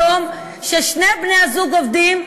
היום, כששני בני-הזוג עובדים,